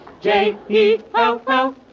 J-E-L-L